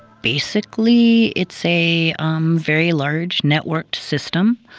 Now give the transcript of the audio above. basically it's a um very large networked system.